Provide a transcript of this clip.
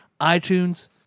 iTunes